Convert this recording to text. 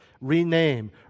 rename